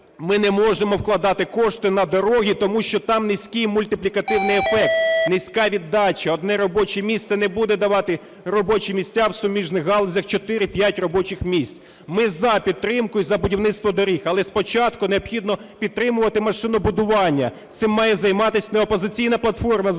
ми не можемо вкладати кошти на дороги, тому що там низький мультиплікативний ефект, низька віддача. Одне робоче місце не буде давати робочі місця в суміжних галузях 4-5 робочих міць. Ми за підтримку і за будівництво доріг. Але спочатку необхідно підтримувати машинобудування. Цим має займатись не "Опозиційна платформа – За